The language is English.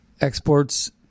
exports